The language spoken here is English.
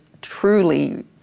Truly